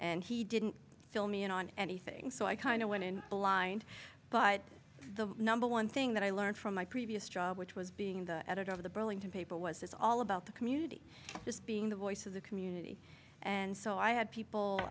and he didn't fill me in on anything so i kind of went in blind but the number one thing that i learned from my previous job which was being the editor of the burlington paper was this all about the community just being the voice of the community and so i had